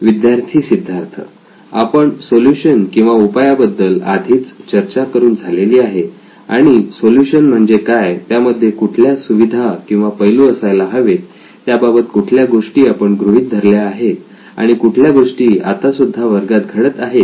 विद्यार्थी सिद्धार्थ आपण सोल्युशन किंवा उपायाबद्दल आधीच चर्चा करून झालेली आहे आणि सोल्युशन म्हणजे काय त्यामध्ये कुठल्या सुविधा किंवा पैलू असायला हवेत त्याबाबत कुठल्या गोष्टी आपण गृहीत धरल्या आहेत किंवा कुठल्या गोष्टी आता सुद्धा वर्गात घडत आहेत